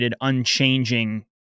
unchanging